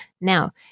Now